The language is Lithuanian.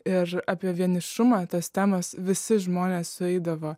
ir apie vienišumą tas temas visi žmonės sueidavo